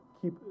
Keep